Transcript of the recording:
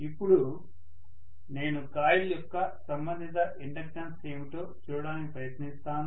ఇప్పుడు నేను కాయిల్ యొక్క సంబంధిత ఇండక్టెన్స్ ఏమిటో చూడటానికి ప్రయత్నిస్తాను